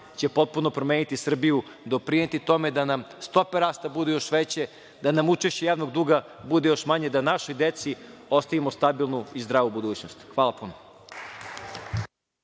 će potpuno promeniti Srbiju, doprineti tome da nam stope rasta budu još veće, nam učešće javnog duga bude još manje, da našoj deci ostavimo stabilnu i zdravu budućnost. Hvala puno.